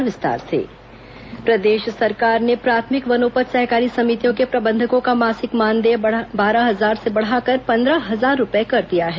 विश्व वानिकी दिवस प्रदेश सरकार ने प्राथमिक वनोपज सहकारी समितियों के प्रबंधकों का मासिक मानदेय बारह हजार से बढ़ाकर पंद्रह हजार रूपए कर दिया है